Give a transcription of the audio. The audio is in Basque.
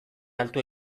altua